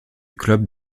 club